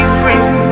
free